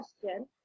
question